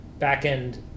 back-end